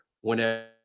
whenever